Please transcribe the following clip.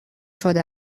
شده